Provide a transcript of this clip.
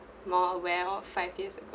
more aware of five years ago